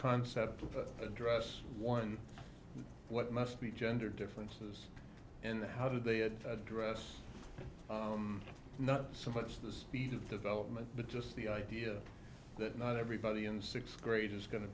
concepts address one what must be gender differences and how do they dress not so much the speed of development but just the idea that not everybody in sixth grade is going to